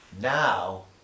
Now